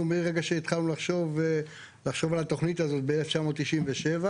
מהרגע שהתחלנו לחשוב על התוכנית הזאת ב- 1997,